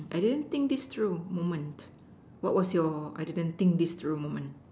I didn't think this true moments what was your I didn't think this true moment